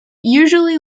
usually